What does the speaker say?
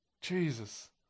Jesus